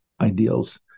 ideals